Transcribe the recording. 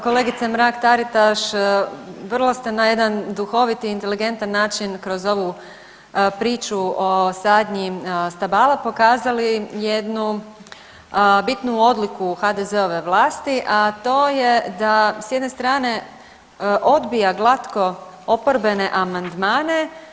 Kolegice Mrak Taritaš vrlo ste na jedan duhovit i inteligentan način kroz ovu priču o sadnji stabala pokazali jednu bitnu odliku HDZ-ove vlasti, a to je da s jedne strane odbija glatko oporbene amandmane.